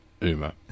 Uma